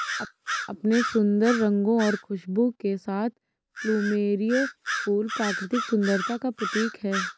अपने सुंदर रंगों और खुशबू के साथ प्लूमेरिअ फूल प्राकृतिक सुंदरता का प्रतीक है